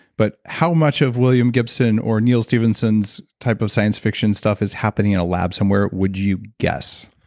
but how much of william gibson or neil stephenson's type of science fiction stuff is happening at a lab somewhere would you guess?